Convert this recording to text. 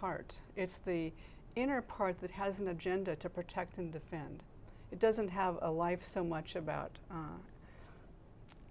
part it's the inner part that has an agenda to protect and defend it doesn't have a life so much about